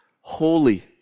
holy